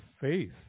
Faith